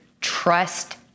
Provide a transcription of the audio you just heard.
trust